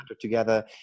together